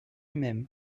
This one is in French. même